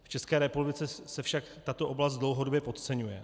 V České republice se však tato oblast dlouhodobě podceňuje.